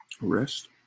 rest